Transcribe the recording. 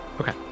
Okay